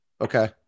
Okay